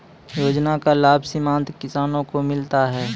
योजना का लाभ सीमांत किसानों को मिलता हैं?